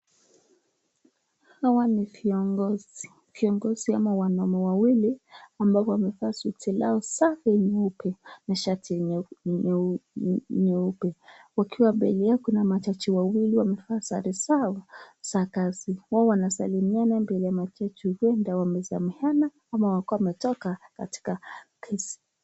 Hawa ni viongozi ama wanaume wawili ambao wamevaa suti zao nyeupe na shati zao nyeupe. Wakiwa mbele ya majaji wawili, wamevaa sare za za kikazi, wao wanasalimiana mbele ya majaji, wamesameheana ama wakiwa wametoka katika kesi.